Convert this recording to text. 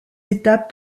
états